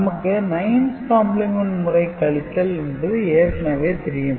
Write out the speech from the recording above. நமக்கு 9's complement முறை கழித்தல் என்பது ஏற்கனவே தெரியும்